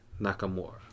Nakamura